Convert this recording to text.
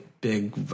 big